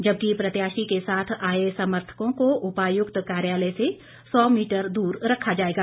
जबकि प्रत्याशी के साथ आए समर्थकों को उपायुक्त कार्यालय से सौ मीटर दूर रखा जाएगा